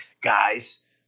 guys